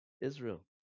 Israel